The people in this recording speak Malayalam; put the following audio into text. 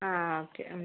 ആ ഓക്കെ